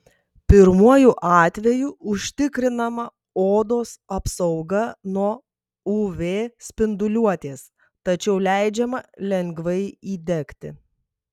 pirmuoju atveju užtikrinama odos apsauga nuo uv spinduliuotės tačiau leidžiama lengvai įdegti